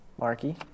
Marky